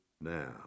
now